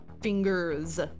Fingers